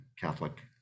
Catholic